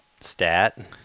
stat